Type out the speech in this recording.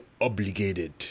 obligated